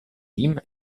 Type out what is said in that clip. limes